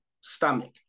stomach